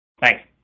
Thanks